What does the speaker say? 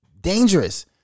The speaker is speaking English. dangerous